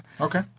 okay